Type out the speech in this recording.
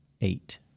eight